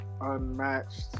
unmatched